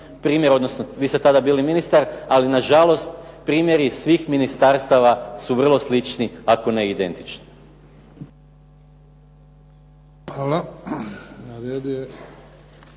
odnosno vi ste tada bili ministar ali nažalost primjeri svih ministarstava su vrlo slični ako ne identični.